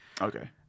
Okay